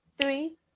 three